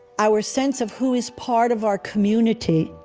our sense of who is part of our community